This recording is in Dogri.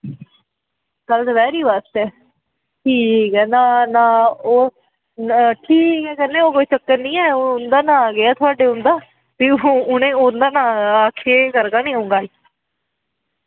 कल्ल दपैह्रीं बास्तै ठीक ऐ ना ना ओह् ठीक ऐ कोई चक्कर निं ऐ ओह् तुंदा नांऽ केह् ऐ थुआढ़े उंदा ते उंदा नांऽ केह् करङन